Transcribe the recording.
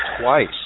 twice